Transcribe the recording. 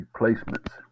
replacements